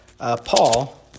Paul